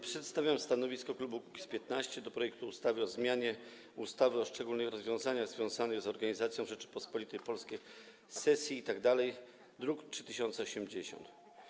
Przedstawiam stanowisko klubu Kukiz’15 wobec projektu ustawy o zmianie ustawy o szczególnych rozwiązaniach związanych z organizacją w Rzeczypospolitej Polskiej sesji itd., druk nr 3080.